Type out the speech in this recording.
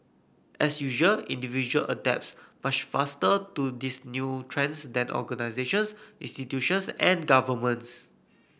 as usual individual adapts much faster to these new trends than organisations institutions and governments